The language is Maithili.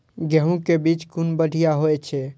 गैहू कै बीज कुन बढ़िया होय छै?